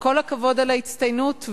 וכל הכבוד על ההצטיינות.